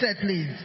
please